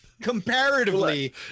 comparatively